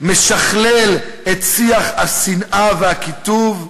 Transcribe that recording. משכלל את שיח השנאה והקיטוב.